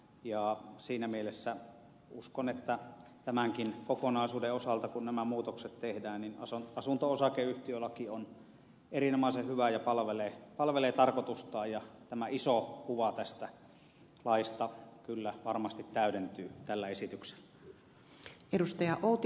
siinä mielessä uskon että tämänkin kokonaisuuden osalta kun nämä muutokset tehdään asunto osakeyhtiölaki on erinomaisen hyvä ja palvelee tarkoitustaan ja tämä iso kuva tästä laista kyllä varmasti täydentyy tällä esityksellä